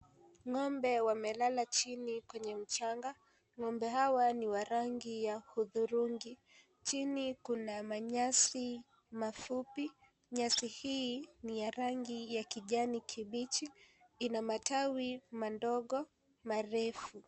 Ng'ombe wamelala chini kwenye mchanga. Ng'ombe hawa ni wa rangi ya hudhurungi. Chini kuna manyasi mafupi. Nyasi hii ni ya rangi ya kijani kibichi. Ina matawi madogo marefu.